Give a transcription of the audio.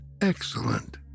excellent